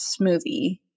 smoothie